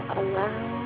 allow